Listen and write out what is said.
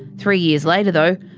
three years later though,